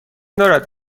دارد